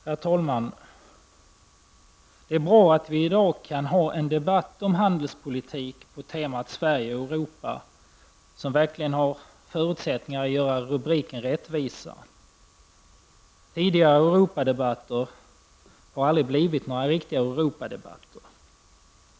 Herr talman! Det är bra att vi i dag kan ha en debatt om handelspolitik på temat Sverige och Europa som verkligen har förutsättningar att göra rubriken rättvisa. Tidigare Europadebatter har aldrig blivit några riktiga Europadebatter.